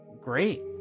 great